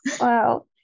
Wow